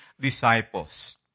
disciples